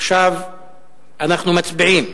עכשיו אנחנו מצביעים.